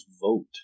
vote